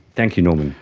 thank you norman.